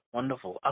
Wonderful